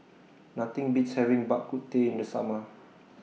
Nothing Beats having Bak Kut Teh in The Summer